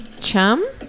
Chum